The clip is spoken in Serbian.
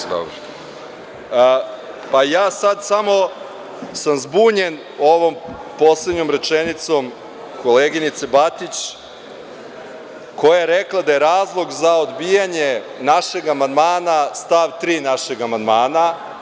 Samo sam zbunjen ovom poslednjom rečenicom koleginice Batić, koja je rekla da je razlog za odbijanje našeg amandmana stav 3. našeg amandmana.